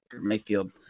Mayfield